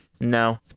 No